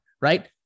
right